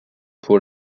pour